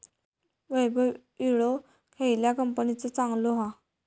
वैभव विळो खयल्या कंपनीचो चांगलो हा?